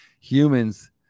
humans